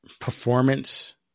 performance